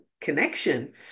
connection